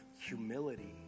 humility